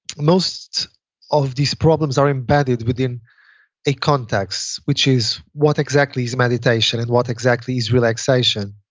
most of these problems are embedded within a context, which is what exactly is meditation and what exactly is relaxation.